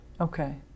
Okay